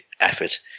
effort